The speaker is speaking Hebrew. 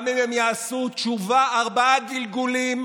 גם אם הם יעשו תשובה ארבעה גלגולים,